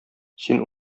син